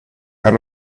and